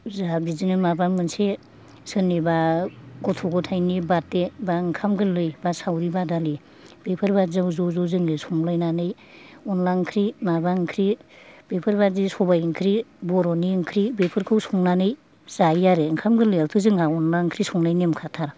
जाहा बिदिनो माबा मोनसे सोरनिबा गथ' गथायनि बार्थ दे बा ओंखाम गोरलै बा सावरि बादालि बेफोर बायदिआव जों ज'ज' जोङो संलायनानै अनला ओंख्रि माबा ओंख्रि बेफोर बायदि सबाय ओंख्रि बर'नि ओंख्रि बेफोर खौ संनानै जायो आरो ओंखाम गोरलैआवथ' जोंहा अनला ओंख्रि संनायनि नेम खाथार